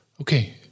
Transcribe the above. Okay